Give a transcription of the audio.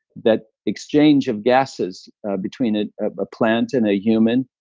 that exchange of gasses between ah a plant and a human,